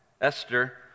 Esther